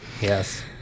Yes